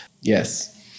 Yes